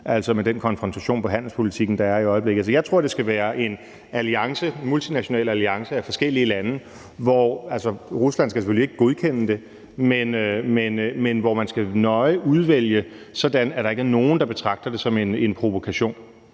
altså med den konfrontation i forbindelse med handelspolitikken, der er i øjeblikket. Jeg tror, det skal være en multinational alliance af forskellige lande – hvor Rusland selvfølgelig ikke skal godkende det, men hvor man nøje skal udvælge dem, sådan at der ikke er nogen, der betragter det som en provokation.